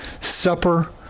supper